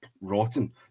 rotten